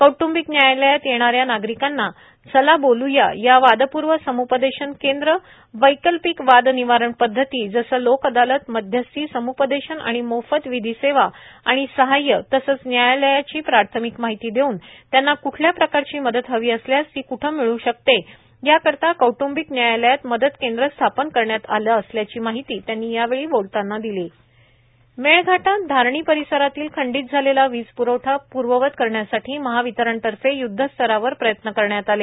कौटुंबिक न्यायालयात येणाऱ्या नागरिकांना चला बोलुया या वादपूर्व समुपदेशन केंद्र वैकल्पिक वाद निवारण पद्धती जसे लोक अदालत मध्यस्थी सम्पदेशन आणि मोफत विधी सेवा आणि सहाय्य तसंच न्यायालयाची प्राथमिक माहिती देऊन त्यांना कुठल्या प्रकारची मदत हवी असल्यास ती क्ठे मिळ् शकते या करीता कौटंबिक न्यायालयात मदत केंद्र स्थापन करण्यात आले अशी माहिती त्यांनी यावेळी बोलताना दिली मेळघाटात धारणी परिसरातील खंडित झालेला वीजप्रवठा प्र्ववत करण्यासाठी महावितरणतर्फे य्ध्दस्तरावर प्रयत्न करण्यात आले